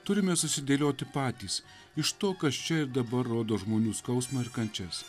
turime susidėlioti patys iš to kas čia ir dabar rodo žmonių skausmą ir kančias